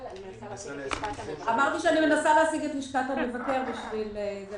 כל המפלגות תוכלנה לנהל את הרישומים באופן שייתן את